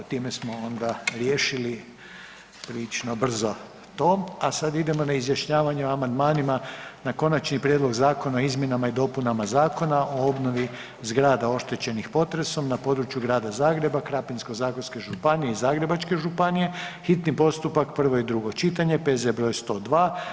Hvala, s time smo onda riješili prilično brzo to, a sad idemo na izjašnjavanje o amandmanima na konačni prijedlog Zakona o izmjenama i dopunama Zakona o obnovi zgrada oštećenih potresom na području Grada Zagreba, Krapinsko-zagorske županije i Zagrebačke županije, hitni postupak, prvo i drugo čitanje, P.Z. br. 102.